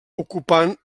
ocupant